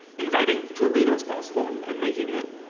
inviting to a reader as possible and and making it